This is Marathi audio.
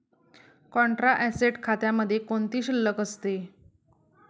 कॉन्ट्रा ऍसेट खात्यामध्ये कोणती शिल्लक असते?